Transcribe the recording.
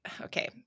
okay